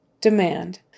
demand